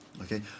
Okay